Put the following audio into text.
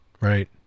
Right